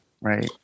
Right